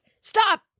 Stop